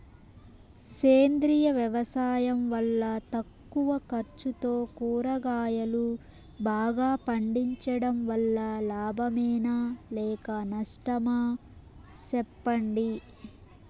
సేంద్రియ వ్యవసాయం వల్ల తక్కువ ఖర్చుతో కూరగాయలు బాగా పండించడం వల్ల లాభమేనా లేక నష్టమా సెప్పండి